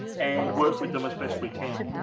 and work with them as best we can